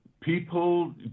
People